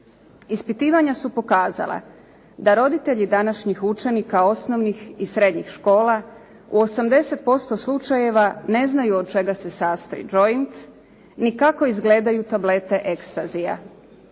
Ispitivanja su pokazala da roditelji današnjih učenika osnovnih i srednjih škola u 80% slučajeva ne znaju od čega se sastoji joint ne kako izgledaju tablete extasya.